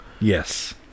Yes